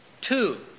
Two